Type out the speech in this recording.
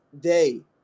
day